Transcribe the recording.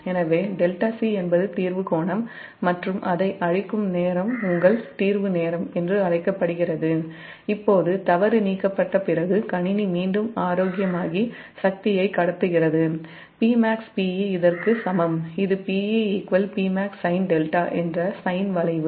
எனவே 𝜹𝒄 என்பது தீர்வுகோணம் மற்றும் அதை அழிக்கும் நேரம் உங்கள் தீர்வு நேரம் என்று அழைக்கப்படுகிறது இப்போது தவறு நீக்கப்பட்ட பிறகு கணினி மீண்டும் ஆரோக்கியமாகி சக்தியை கடத்துகிறது Pmax Pe இதற்கு சமம் இது Pe Pmaxsin𝜹 என்ற சைன் வளைவு